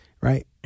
right